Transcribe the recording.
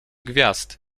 gwiazd